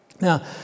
Now